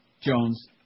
Jones